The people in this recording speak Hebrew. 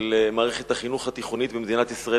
של מערכת החינוך התיכונית במדינת ישראל